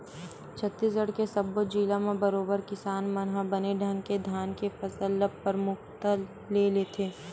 छत्तीसगढ़ के सब्बो जिला म बरोबर किसान मन ह बने ढंग ले धान के फसल ल परमुखता ले लेथे